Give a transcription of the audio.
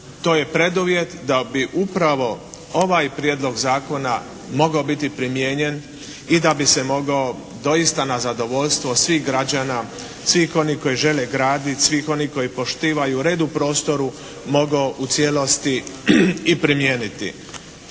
To je preduvjet da bi upravo ovaj prijedlog zakona mogao biti primijenjen i da bi se mogao doista na zadovoljstvo svih građana, svih onih koji žele graditi, svih oni koji poštivaju red u prostoru mogao u cijelosti i primijeniti.